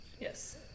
Yes